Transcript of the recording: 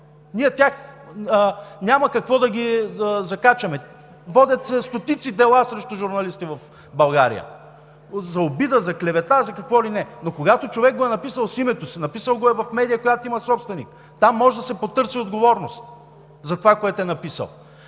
Ние тях няма какво да ги закачаме. Водят се стотици дела срещу журналисти в България – за обида, за клевета, за какво ли не, но когато човек го е написал с името си, написал го е в медия, която има собственик, там може да се потърси отговорност за това, което е написал.